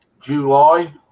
July